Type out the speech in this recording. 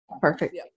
perfect